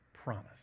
promise